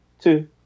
two